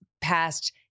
past